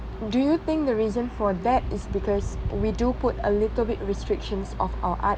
do you think the reason for that is because we do put a little bit restrictions of our art